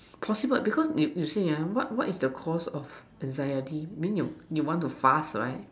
possible because you you see ah what what is the cause of anxiety mean you want to fast right